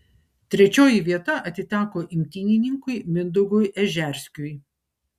trečioji vieta atiteko imtynininkui mindaugui ežerskiui